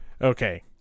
Okay